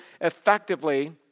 effectively